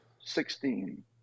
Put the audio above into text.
Sixteen